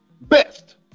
Best